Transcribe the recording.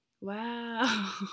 Wow